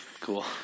cool